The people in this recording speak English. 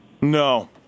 No